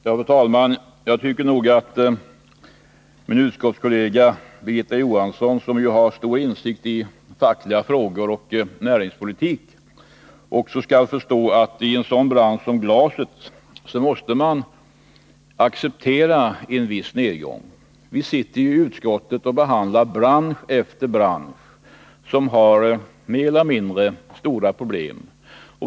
Fru talman! Jag tycker att min utskottskollega, Birgitta Johansson, som har stor insikt i fackliga frågor och näringspolitik, också skall förstå att man i en sådan bransch som glas måste acceptera en viss nedgång. Vi sitter ju i utskottet och behandlar bransch för bransch som har mer eller mindre stora problem.